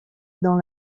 dans